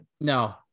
no